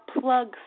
plug